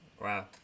Wow